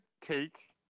take